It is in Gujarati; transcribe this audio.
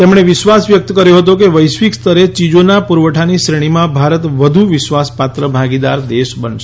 તેમણે વિશ્વાસ વ્યક્ત કર્યો હતો કે વૈશ્વિક સ્તરે ચીજોના પુરવઠાની શ્રેણીમાં ભારત વધુ વિશ્વાસપાત્ર ભાગીદાર દેશ બનશે